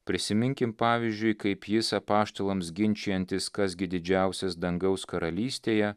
prisiminkim pavyzdžiui kaip jis apaštalams ginčijantis kas gi didžiausias dangaus karalystėje